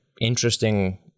interesting